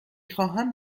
خواهم